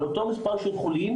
על אותו מספר של חולים,